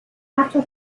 after